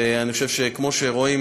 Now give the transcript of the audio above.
ואני חושב שכמו שרואים,